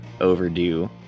overdue